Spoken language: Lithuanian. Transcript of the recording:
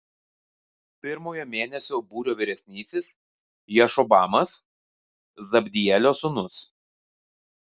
pirmojo mėnesio būrio vyresnysis jašobamas zabdielio sūnus